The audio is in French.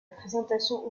présentation